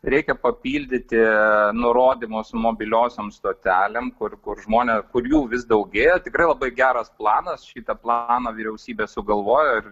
reikia papildyti nurodymus mobiliosioms stotelėm kur kur kur jų vis daugėja tikrai labai geras planas šitą planą vyriausybė sugalvojo ir